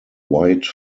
white